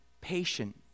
patient